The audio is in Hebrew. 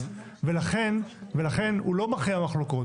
ולכן הוא לא מכריע במחלוקות.